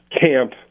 camp